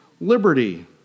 liberty